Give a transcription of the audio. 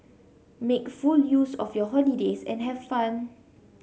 make full use of your holidays and have fun